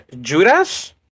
Judas